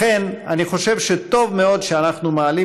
לכן אני חושב שטוב מאוד שאנחנו מעלים